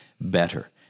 better